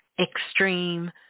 extreme